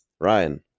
Ryan